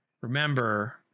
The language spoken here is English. remember